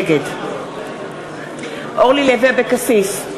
נגד אורלי לוי אבקסיס,